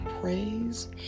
praise